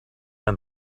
find